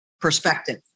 perspective